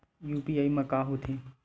UPI मा का होथे?